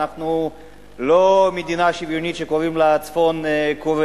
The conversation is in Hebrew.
אנחנו לא מדינה שוויונית שקוראים לה צפון-קוריאה,